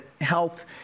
health